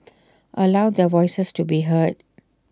allow their voices to be heard